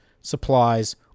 supplies